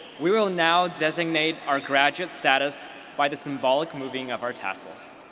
we will now designate our graduate status by the symbolic moving of our tassels.